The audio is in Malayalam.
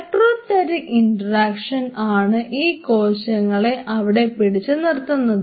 ഇലക്ട്രോസ്റ്റാറ്റിക് ഇൻട്രാക്ഷൻ ആണ് ഈ കോശങ്ങളെ അവിടെ പിടിച്ചു നിർത്തുന്നത്